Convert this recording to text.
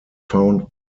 found